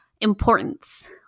importance